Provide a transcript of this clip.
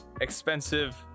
expensive